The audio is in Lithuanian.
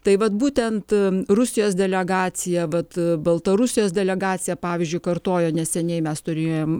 tai vat būtent rusijos delegacija vat baltarusijos delegacija pavyzdžiui kartojo neseniai mes turėjom